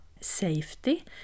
safety